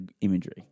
imagery